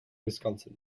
wisconsin